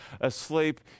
asleep